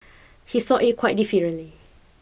he saw it quite differently